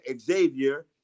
Xavier